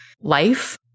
life